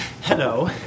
Hello